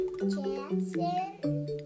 Jackson